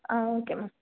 ah okay ma'am